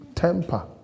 Temper